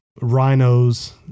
rhinos